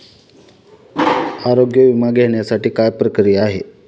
आरोग्य विमा घेण्यासाठी काय प्रक्रिया आहे?